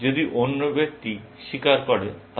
যদি অন্য ব্যক্তি স্বীকার করে তাও